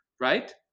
right